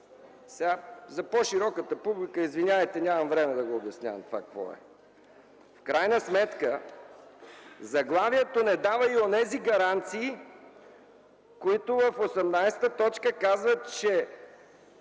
няма! За по-широката публика, извинявайте, нямам време да обяснявам това какво е. В крайна сметка заглавието не дава и онези гаранции, които в т. 18 казват, че